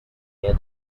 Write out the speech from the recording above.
near